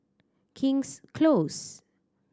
King's Close